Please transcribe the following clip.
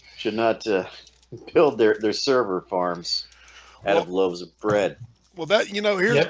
should not build their their server farms out of loaves of bread well that you know here. yeah